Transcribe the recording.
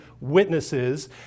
witnesses